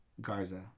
Garza